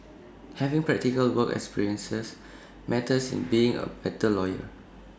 having practical work experiences matters in being A better lawyer